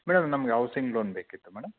madam ನಮಗೆ housing loan ಬೇಕಿತ್ತು madam